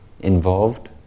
involved